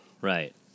Right